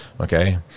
okay